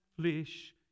flesh